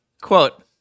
Quote